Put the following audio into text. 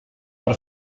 per